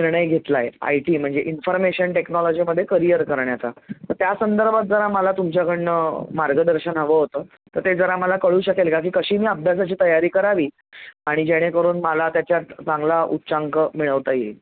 निर्णय घेतला आहे आय टी म्हणजे इन्फर्मेशन टेक्नॉलॉजीमध्ये करियर करण्याचा तर त्या संदर्भात जरा मला तुमच्याकडनं मार्गदर्शन हवं होतं तर ते जरा मला कळू शकेल का की कशी मी अभ्यासाची तयारी करावी आणि जेणेकरून मला त्याच्यात चांगला उच्चांक मिळवता येईल